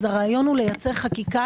אז הרעיון הוא לייצר חקיקה,